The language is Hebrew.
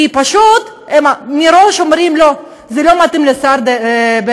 כי פשוט מראש הם אומרים: לא, זה לא מתאים לשר בנט.